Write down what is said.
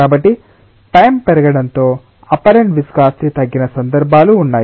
కాబట్టి టైం పెరగడంతో apparent viscosity తగ్గిన సందర్భాలు ఉన్నాయి